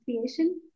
creation